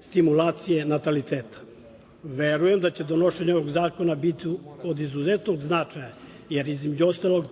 stimulacije nataliteta. Verujem da će donošenje ovog zakona biti od izuzetnog značaja, jer između ostalog,